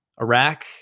Iraq